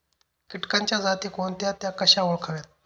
किटकांच्या जाती कोणत्या? त्या कशा ओळखाव्यात?